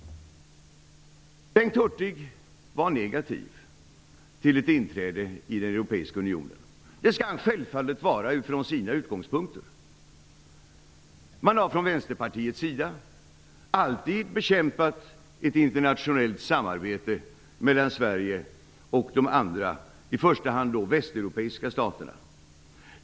Bengt Hurtig var negativ till ett inträde i den europeiska unionen, och det skall han självfallet vara från sina utgångspunkter. Man har från Vänsterpartiets sida alltid bekämpat ett internationellt samarbete mellan Sverige och i första hand de västeuropeiska staterna.